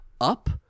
up